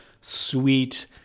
sweet